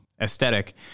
aesthetic